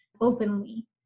openly